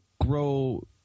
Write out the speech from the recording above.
grow